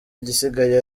igisigaye